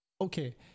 Okay